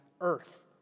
earth